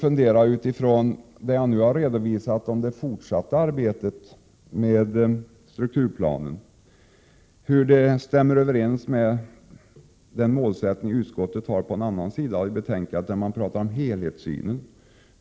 Utifrån det jag nu har redovisat av det fortsatta arbetet med strukturplanen kan man fundera över hur det stämmer överens med den målsättning som utskottet har på en annan sida i betänkandet, där man talar om helhetssynen.